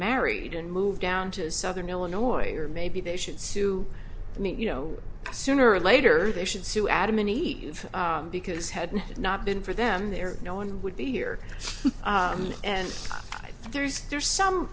married and moved down to southern illinois or maybe they should sue you know sooner or later they should to adam and eve because had not been for them there no one would be here and there is there's some